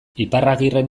iparragirreren